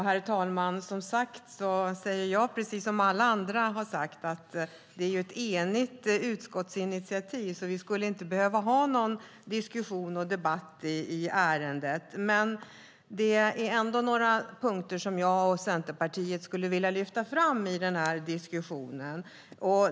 Herr talman! Jag säger precis som alla andra har sagt, att det är ett enigt utskottsinitiativ så vi skulle inte behöva ha någon diskussion och debatt i ärendet. Det är ändå några punkter som jag och Centerpartiet skulle vilja lyfta fram i diskussionen.